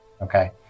Okay